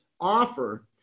offer